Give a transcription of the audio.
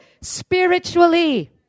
Spiritually